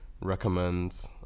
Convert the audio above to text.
Recommend